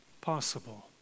possible